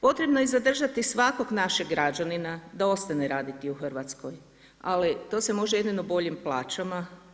Potrebno je zadržati svakog našeg građanina, da ostane raditi u Hrvatskoj, ali to se može jedino boljim plaćama.